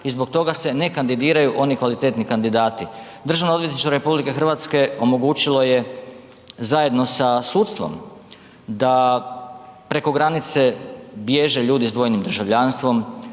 i zbog toga se ne kandidiraju oni kvalitetni kandidati. DORH omogućilo je zajedno sa sudstvom da preko granice bježe ljudi s dvojnim državljanstvom,